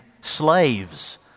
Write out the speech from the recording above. slaves